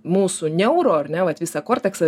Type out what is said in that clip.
mūsų neuro ar ne vat visą korteksą